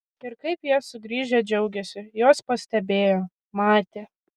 ir kaip jie sugrįžę džiaugėsi juos pastebėjo matė